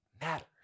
matters